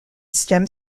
stem